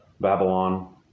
Babylon